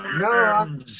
No